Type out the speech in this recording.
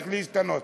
הולכים להשתנות.